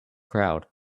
crowd